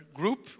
group